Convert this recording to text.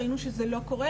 ראינו שזה לא קורה,